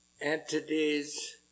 entities